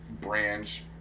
branch